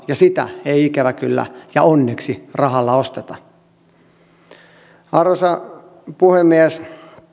ja sitä ei ikävä kyllä ja onneksi rahalla osteta arvoisa puhemies